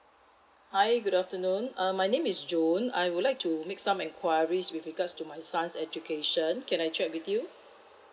hi good afternoon uh my name is june I would like to make some enquiries with regards to my son's education can I check with you